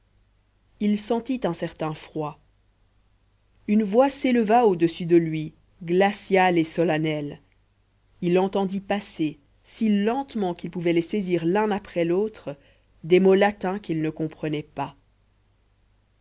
il sentit un certain froid une voix s'éleva au-dessus de lui glaciale et solennelle il entendit passer si lentement qu'il pouvait les saisir l'un après l'autre des mots latins qu'il ne comprenait pas